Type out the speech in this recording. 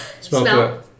Smell